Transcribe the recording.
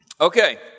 Okay